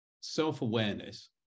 self-awareness